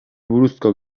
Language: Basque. buruzko